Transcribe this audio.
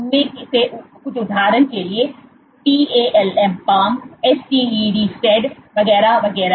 उनमें से कुछ उदाहरण के लिए PALM STED वगैरह वगैरह